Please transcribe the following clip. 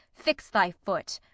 fix thy foot.